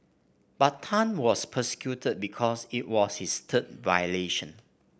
but Tan was prosecuted because it was his third violation